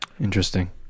interesting